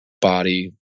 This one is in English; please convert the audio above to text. body